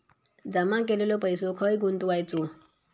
जमा केलेलो पैसो खय गुंतवायचो?